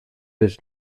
his